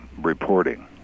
reporting